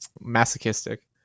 masochistic